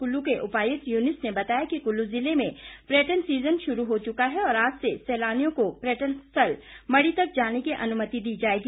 कुल्लू के उपायुक्त यूनुस ने बताया कि कुल्लू जिले में पर्यटन सीज़न शुरू हो चुका है और आज से सैलानियों को पर्यटन स्थल मढ़ी तक जाने की अनुमति दी जाएगी